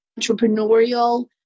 entrepreneurial